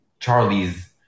Charlie's